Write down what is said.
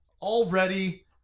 already